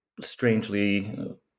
strangely